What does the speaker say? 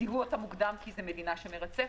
זיהו אותם מוקדם כי זו מדינה שזו מרצפת.